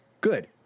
Good